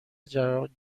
جهان